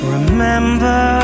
Remember